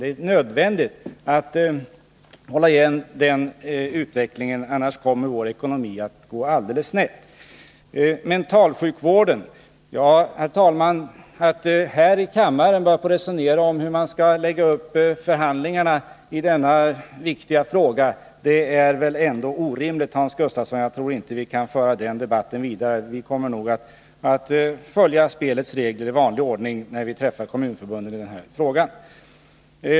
Det är nödvändigt att hålla igen den utvecklingen — annars kommer vår ekonomi att gå alldeles snett. Här berördes frågan om mentalsjukvården. Ja, herr talman, att här i kammaren börja resonera om hur man skall lägga upp förhandlingarna i denna viktiga fråga är väl ändå orimligt, Hans Gustafsson. Jag anser att vi inte kan föra den debatten vidare. Vi kommer nog att följa spelets regler i vanlig ordning när vi träffar kommunförbunden i denna fråga.